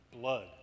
Blood